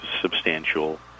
substantial